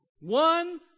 One